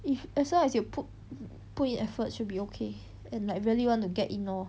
if as long as you put put in effort should be okay and like really want to get in lor